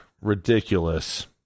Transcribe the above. Ridiculous